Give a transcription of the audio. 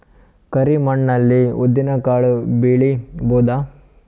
ಕರಿ ಮಣ್ಣ ಅಲ್ಲಿ ಉದ್ದಿನ್ ಕಾಳು ಬೆಳಿಬೋದ?